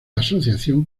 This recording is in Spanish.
asociación